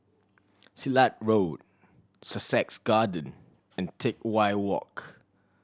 Silat Road Sussex Garden and Teck Whye Walk